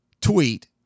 tweet